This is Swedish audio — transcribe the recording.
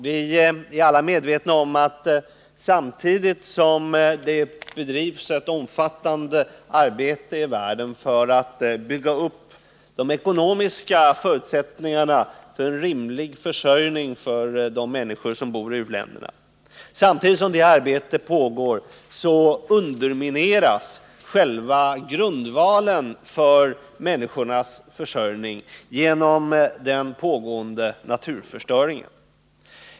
Vi är alla medvetna om att samtidigt som det bedrivs ett omfattande arbete i världen för att bygga upp de ekonomiska förutsättningarna för rimlig försörjning för de människor som bor i u-länderna undermineras själva grundvalen för människornas försörjning genom den pågående naturförstöringen.